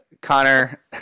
Connor